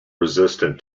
resistant